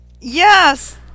Yes